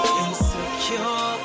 insecure